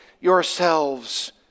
yourselves